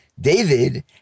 David